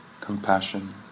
compassion